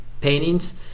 paintings